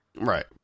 Right